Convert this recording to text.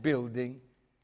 building